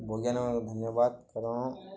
ବୈଜ୍ଞାନିକମାନଙ୍କୁ ଧନ୍ୟବାଦ କାରଣ